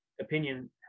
opinion